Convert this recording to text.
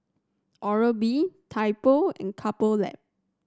Oral B Typo and Couple Lab